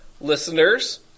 listeners